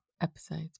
episodes